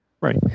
Right